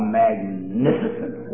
magnificent